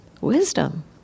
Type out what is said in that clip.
wisdom